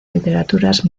literaturas